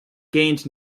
gained